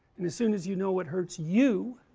and soon as you know what hurts you